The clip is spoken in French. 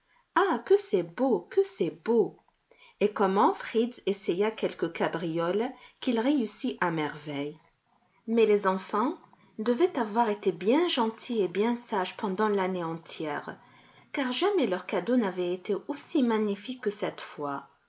ah que c'est beau que c'est beau et comment fritz essaya quelques cabrioles qu'il réussit à merveille mais les enfants devaient avoir été bien gentils et bien sages pendant l'année entière car jamais leurs cadeaux n'avaient été aussi magnifiques que cette fois